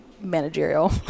managerial